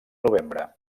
novembre